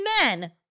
men